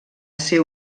ser